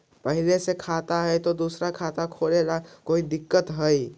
पहले से खाता है तो दूसरा खाता खोले में कोई दिक्कत है?